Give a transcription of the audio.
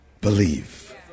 believe